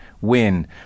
win